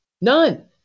None